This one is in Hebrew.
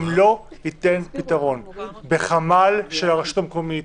אם לא יינתן פתרון בחמ"ל של הרשות המקומית,